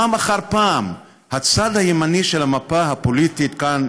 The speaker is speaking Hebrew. פעם אחר פעם הצד הימני של המפה הפוליטית כאן,